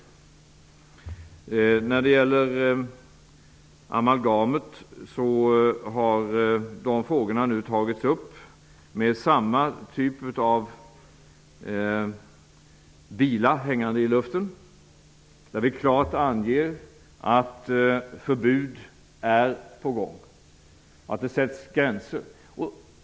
Frågorna om amalgamet har nu tagits upp med samma typ av bila hängande i luften. Vi anger klart att förbud är på gång, att det sätts gränser.